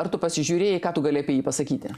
ar tu pasižiūrėjai ką tu gali apie jį pasakyti